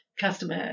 customer